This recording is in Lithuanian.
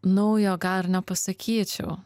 naujo gal ir nepasakyčiau